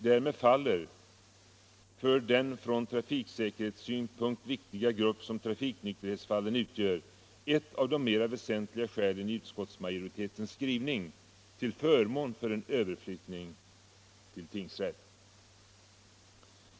Därmed faller — för den från trafiksäkerhetssynpunkt viktiga grupp som trafiknykterhetsfallen utgör — ett av de mera väsentliga skälen i utskottsmajoritetens skrivning till förmån för en överflyttning till tingsrätt.